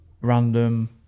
random